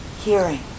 hearing